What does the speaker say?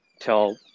tell